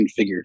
configured